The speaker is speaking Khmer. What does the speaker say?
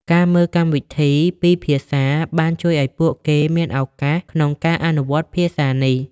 ការមើលកម្មវិធីពីរភាសាបានជួយឱ្យពួកគេមានឱកាសក្នុងការអនុវត្តភាសានេះ។